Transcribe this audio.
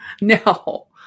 No